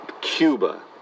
Cuba